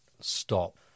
stop